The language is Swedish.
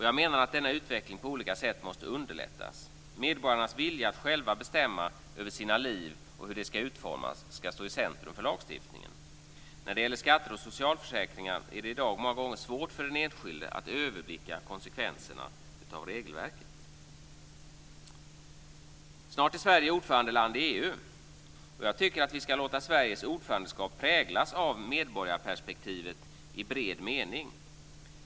Jag menar att denna utveckling på olika sätt måste underlättas. Medborgarnas vilja att själva få bestämma över sitt liv och hur det ska utformas ska stå i centrum för lagstiftningen. När det gäller skatter och socialförsäkringar är det i dag många gånger svårt för den enskilde att överblicka konsekvenserna av regelverket. Snart är Sverige ordförandeland i EU. Jag tycker att vi ska låta Sveriges ordförandeskap präglas av medborgarperspektivet i bred mening.